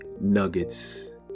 nuggets